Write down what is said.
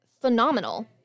phenomenal